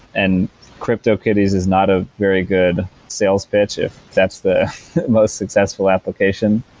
and cryptokitties is not a very good sales pitch if that's the most successful application.